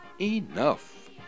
Enough